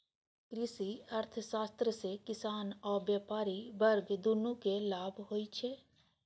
कृषि अर्थशास्त्र सं किसान आ व्यापारी वर्ग, दुनू कें लाभ होइ छै